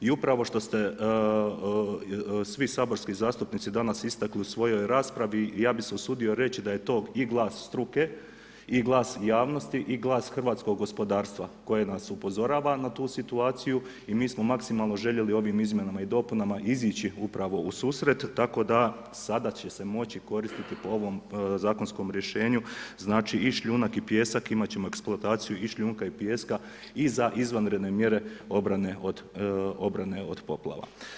I upravo što se svi saborski zastupnici danas istakli u svojoj raspravi, ja bih se usudio reći da je to i glas struke i glas javnosti i glas hrvatskog gospodarstva koje nas upozorava na tu situaciju i mi smo maksimalno željeli ovim izmjenama i dopunama izaći upravo u susret, tako da sada će se moći koristiti po ovom zakonskom rješenju, znači, i šljunak i pijesak, imati ćemo eksploataciju i šljunka i pijeska i za izvanredne mjere obrane od poplava.